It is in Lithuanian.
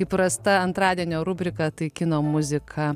įprasta antradienio rubrika tai kino muzika